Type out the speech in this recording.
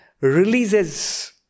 releases